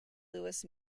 louis